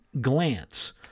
glance